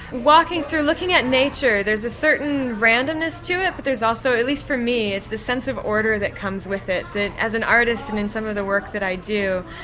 walking through, looking at nature, there's a certain randomness to it but there's also at least for me it's the sense of order that comes with it, that as an artist, and in some of the work that i do,